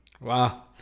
Wow